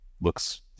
looks